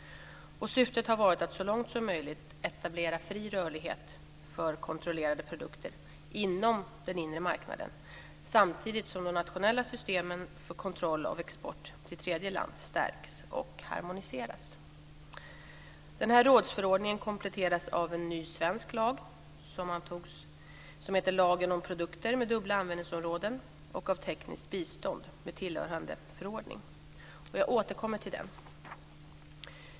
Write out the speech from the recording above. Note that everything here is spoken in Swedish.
Syftet har varit att så långt som möjligt etablera fri rörlighet för kontrollerade produkter inom den inre marknaden samtidigt som de nationella systemen för kontroll av export till tredjeland stärks och harmoniseras. Rådsförordningen kompletteras av ny svensk lag, lagen om produkter med dubbla användningsområden, och av tekniskt bistånd med tillhörande förordning. Jag återkommer till den.